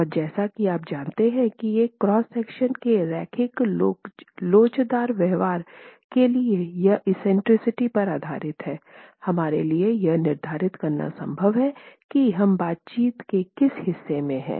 और जैसा कि आप जानते हैं कि एक क्रॉस सेक्शन के रैखिक लोचदार व्यवहार के लिए यह एक्सेंट्रिसिटी पर आधारित है हमारे लिए यह निर्धारित करना संभव है कि हम बातचीत के किस हिस्से में हैं